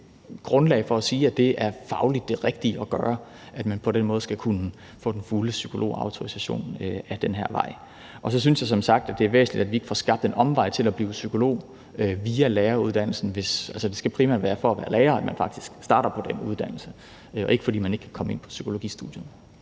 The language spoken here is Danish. ikke et grundlag for at sige, at det fagligt er det rigtige at gøre, at man på den måde og ad den her vej skulle kunne få den fulde psykologautorisation. Så synes jeg som sagt, at det er væsentligt, at vi ikke får skabt en anden vej til at blive psykolog via læreruddannelsen, for det skal primært være for at være lærer, at man faktisk starter på den uddannelse, og ikke, fordi man ikke kan komme ind på psykologistudiet.